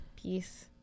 Peace